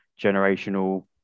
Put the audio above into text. generational